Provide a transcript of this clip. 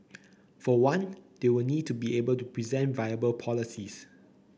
for one they will need to be able to present viable policies